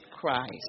Christ